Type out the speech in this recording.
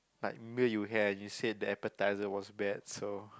like meal you had and you said the appetizer was bad so